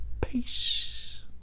Peace